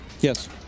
Yes